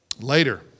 Later